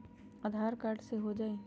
आधार card से हो जाइ?